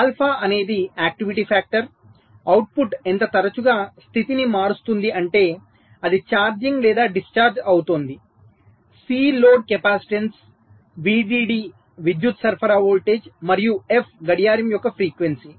alpha అనేది activity factor output ఎంత తరచుగా స్థితిని మారుస్తుంది అంటే అది ఛార్జింగ్ లేదా డిశ్చార్జ్ అవుతోంది సి లోడ్ కెపాసిటెన్స్ విడిడి విద్యుత్ సరఫరా వోల్టేజ్ మరియు ఎఫ్ గడియారం యొక్క ఫ్రీక్వెన్సీ